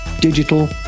digital